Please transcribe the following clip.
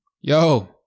Yo